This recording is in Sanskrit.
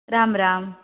राम् राम्